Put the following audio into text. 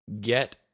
get